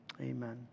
Amen